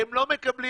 הם מקבלים